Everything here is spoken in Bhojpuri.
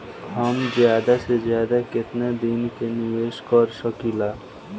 हम ज्यदा से ज्यदा केतना दिन के निवेश कर सकिला?